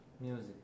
music